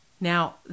now